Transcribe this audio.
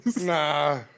nah